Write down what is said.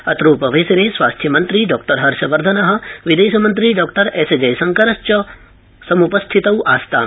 अत्रोपवेशने स्वास्थ्यमन्त्री डॉ हर्षवर्धन विदेशमन्त्री Dr S जयशइकरश्च समृपस्थितौ आस्ताम